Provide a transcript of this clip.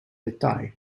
detail